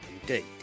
indeed